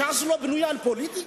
ש"ס לא בנויה על פוליטיקה?